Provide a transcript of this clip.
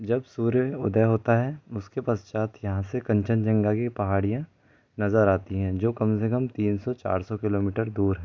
जब सूर्य उदय होता है उसके पश्चात यहाँ से कंचनजंगा की पहाड़ियाँ नजर आती हैं जो कम से कम तीन सौ चार सौ किलोमीटर दूर है